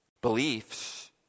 beliefs